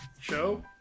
show